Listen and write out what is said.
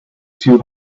two